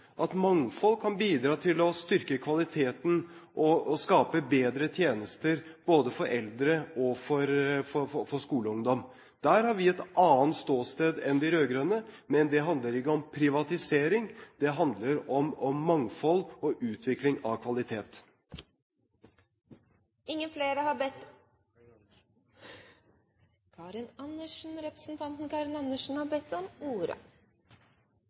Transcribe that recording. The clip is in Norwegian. at mangfold kan bidra til å styrke kvaliteten og skape bedre tjenester både for eldre og for skoleungdom. Der har vi et annet ståsted enn de rød-grønne. Men det handler ikke om privatisering – det handler om mangfold og utvikling av